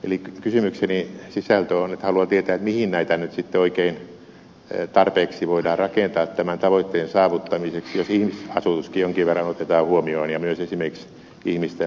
eli kysymykseni sisältö on että haluan tietää mihin näitä nyt oikein sitten tarpeeksi voidaan rakentaa tämän tavoitteen saavuttamiseksi jos ihmisasutuskin jonkin verran otetaan huomioon ja myös esimerkiksi ihmisten loma asutus